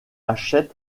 achète